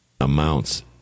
amounts